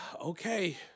okay